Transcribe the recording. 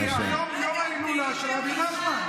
מי אשם.